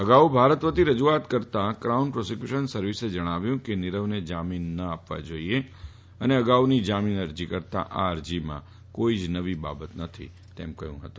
અગાઉ ભારત વતી રજુઆત કરતાં ક્રાઉન પ્રોસીક્યુશન સર્વિસે જણાવ્યું કે નીરવને જામીન ન આપવા જાઈએ અને અગાઉની જામીન અરજી કરતાં આ અરજીમાં કોઈ નવીન બાબત નથી તેમ કહ્યું હતું